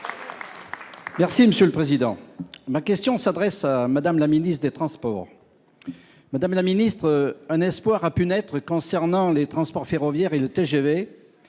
Merci monsieur le président, ma question s'adresse à Madame la ministre des Transports, madame la ministre, un espoir a pu naître concernant les transports ferroviaires et le TGV,